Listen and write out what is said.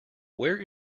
where